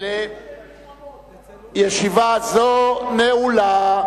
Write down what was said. ישיבה זו נעולה.